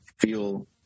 feel